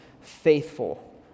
faithful